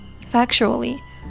Factually